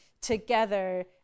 together